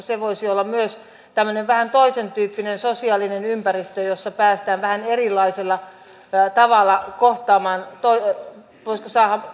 se voisi olla myös tämmöinen vähän toisen tyyppinen sosiaalinen ympäristö jossa päästään vähän erilaisella tavalla kohtaamaan toive tulostasoa